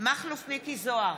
מכלוף מיקי זוהר,